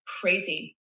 crazy